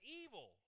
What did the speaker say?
evil